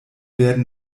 werden